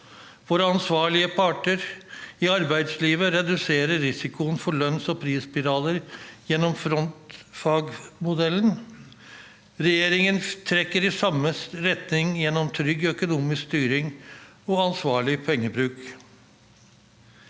Våre ansvarlige parter i arbeidslivet reduserer risikoen for lønns- og prisspiraler gjennom frontfagsmodellen. Regjeringen trekker i samme retning gjennom trygg økonomisk styring og ansvarlig pengebruk.